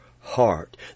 heart